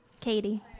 Katie